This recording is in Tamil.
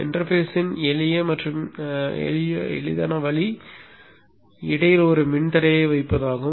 இடைமுகத்தின் எளிய மற்றும் எளிதான வழி இடையில் ஒரு மின்தடையை வைப்பதாகும்